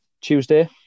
Tuesday